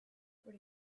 what